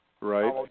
Right